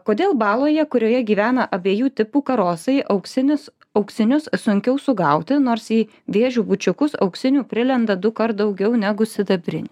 kodėl baloje kurioje gyvena abiejų tipų karosai auksinius auksinius sunkiau sugauti nors į vėžių bučiukus auksinių prilenda dukart daugiau negu sidabrinių